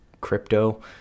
crypto